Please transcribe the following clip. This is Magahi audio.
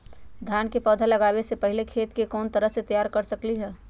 धान के पौधा लगाबे से पहिले खेत के कोन तरह से तैयार कर सकली ह?